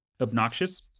obnoxious